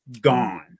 gone